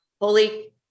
holy